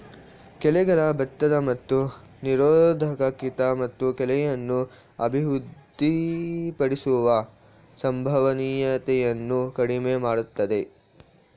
ಕಳೆಗಳ ಒತ್ತಡ ಮತ್ತು ನಿರೋಧಕ ಕೀಟ ಮತ್ತು ಕಳೆಯನ್ನು ಅಭಿವೃದ್ಧಿಪಡಿಸುವ ಸಂಭವನೀಯತೆಯನ್ನು ಕಡಿಮೆ ಮಾಡ್ತದೆ